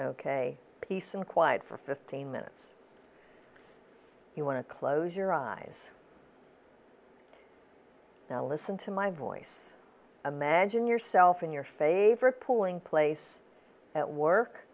ok peace and quiet for fifteen minutes you want to close your eyes now listen to my voice imagine yourself in your favorite pulling place at work